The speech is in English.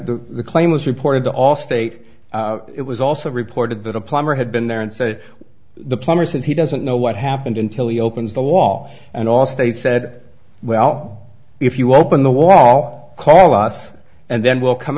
the claim was reported all state it was also reported that a plumber had been there and said the plumber says he doesn't know what happened until he opens the wall and allstate said well if you open the wall call us and then we'll come